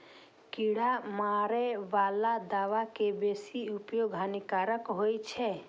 कीड़ा मारै बला दवा के बेसी उपयोग हानिकारक होइ छै